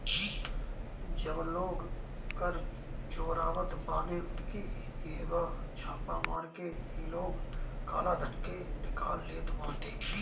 जवन लोग कर चोरावत बाने उनकी इहवा छापा मार के इ लोग काला धन के निकाल लेत बाटे